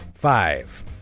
Five